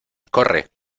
corre